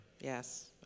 Yes